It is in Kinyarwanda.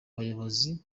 bayobozi